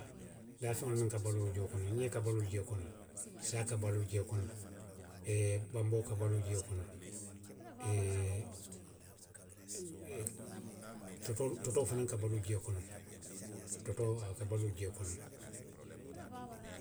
Daafeŋolu minnu ka baluu jio ,ňee ka baluu jio kono le, saa ka baluu jio kono le, banboo ka baluu jio kono le, totoolu. totoo fanaŋ ka baluu jio kono le, totoo a ka baluu jio kono le.